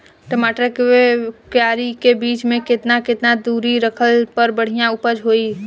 टमाटर के क्यारी के बीच मे केतना केतना दूरी रखला पर बढ़िया उपज होई?